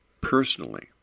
personally